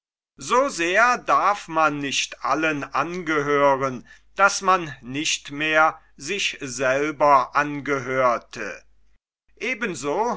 so sehr darf man nicht allen angehören daß man nicht mehr sich selber angehörte eben